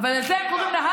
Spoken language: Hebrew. אבל לזה הם קוראים,